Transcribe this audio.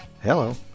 Hello